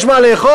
יש מה לאכול?